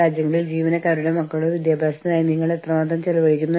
അതിനാൽ നിങ്ങളുടെ ജീവനക്കാരുടെ സുരക്ഷ നിങ്ങൾ എങ്ങനെ പരിപാലിക്കും